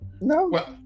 No